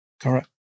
Correct